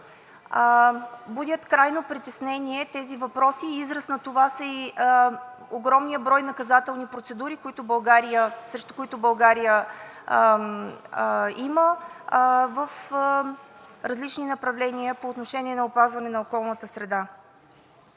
Будят крайно притеснение тези въпроси и израз на това са и огромният брой наказателни процедури, които има срещу България, в различни направления по отношение на опазване на околната среда.